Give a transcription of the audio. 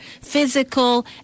physical